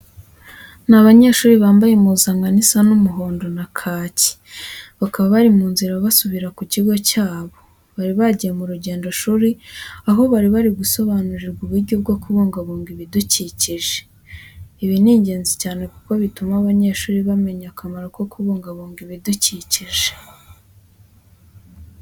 Ni abanyeshuri bambaye impuzankano isa umuhondo na kake, bakaba bari mu nzira basubira ku kigo cyabo. Bari bagiye mu rugendoshuri aho bari bari gusobanurirwa uburyo bwo kubungabunga ibidukikije. Ibi ni ingenzi cyane kuko bituma abanyeshuri bamenya akamaro ko kubungabunga ibidukikije.